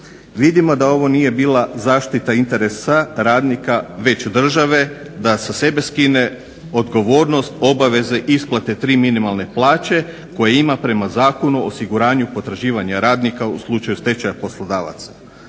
Vidimo da ovo nije bila zaštita interesa radnika već države da sa sebe skine odgovornost obaveze isplate tri minimalne plaće koje ima prema Zakonu o osiguranju potraživanja radnika u slučaju stečaja poslodavaca.